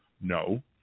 no